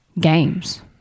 games